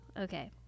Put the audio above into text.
Okay